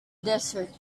desert